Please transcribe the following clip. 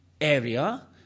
area